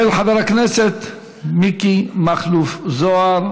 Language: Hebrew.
של חבר הכנסת מיקי מכלוף זוהר.